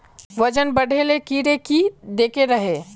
वजन बढे ले कीड़े की देके रहे?